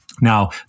Now